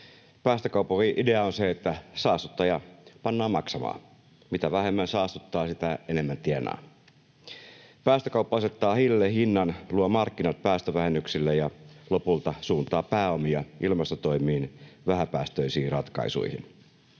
Päästökaupan idea on se, että saastuttaja pannaan maksamaan. Mitä vähemmän saastuttaa, sitä enemmän tienaa. Päästökauppa asettaa hiilelle hinnan, luo markkinat päästövähennyksille ja lopulta suuntaa pääomia ilmastotoimiin, vähäpäästöisiin ratkaisuihin.